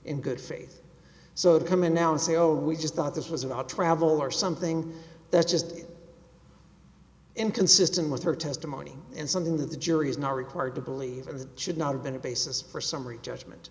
in good faith so they come in now and say oh we just thought this was about travel or something that's just inconsistent with her testimony and something that the jury is not required to believe and should not have been a basis for summary judgment